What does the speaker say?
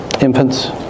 infants